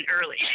early